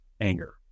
anger